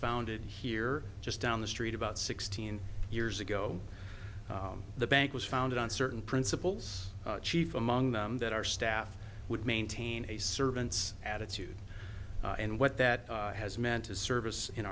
founded here just down the street about sixteen years ago the bank was founded on certain principles chief among them that our staff would maintain a servant's attitude and what that has meant is service in